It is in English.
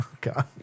God